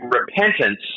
repentance